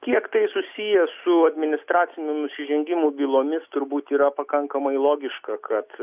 kiek tai susiję su administracinių nusižengimų bylomis turbūt yra pakankamai logiška kad